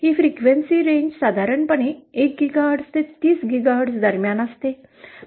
ही frequency range साधारणपणे 1 gigahertz ते 30 gigahertz दरम्यान असते